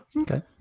okay